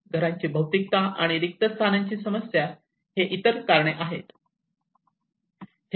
घरांची भौतिकता आणि रिक्त स्थानांची समस्या हे इतर कारणे आहेत